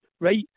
right